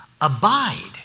abide